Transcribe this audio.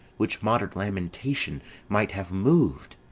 which modern lamentation might have mov'd?